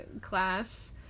class